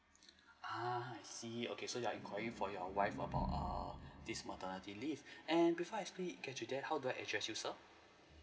uh I see okay so you're enquiring for your wife about err this maternity leave and before I actually get into that how do I address you sir